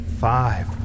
Five